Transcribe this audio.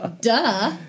Duh